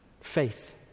faith